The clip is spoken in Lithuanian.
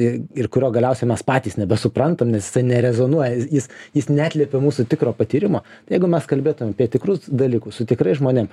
i ir kurio galiausiai mes patys nebesuprantam nes jisai nerezonuoja ji jis jis neatliepia mūsų tikro patyrimo jeigu mes kalbėtume apie tikrus dalykus su tikrais žmonėm